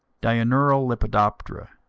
diurnal lepidoptera